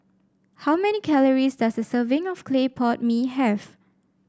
how many calories does a serving of Clay Pot Mee have